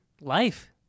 Life